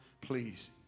Please